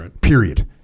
period